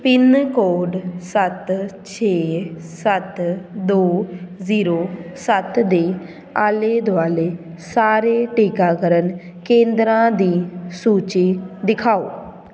pin code ਸੱਤ ਛੇ ਸੱਤ ਦੋ ਜ਼ੀਰੋ ਸੱਤ ਦੇ ਆਲੇ ਦੁਆਲੇ ਸਾਰੇ ਟੀਕਾਕਰਨ ਕੇਂਦਰਾਂ ਦੀ ਸੂਚੀ ਦਿਖਾਓ